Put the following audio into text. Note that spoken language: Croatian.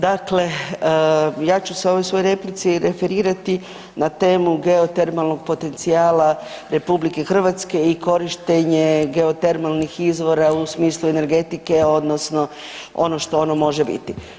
Dakle, ja ću se u ovoj svojoj replici referirati na temu geotermalnog potencijala Republike Hrvatske i korištenje geotermalnih izvora u smislu energetike, odnosno ono što ono može biti.